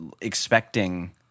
expecting